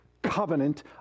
covenant